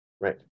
Right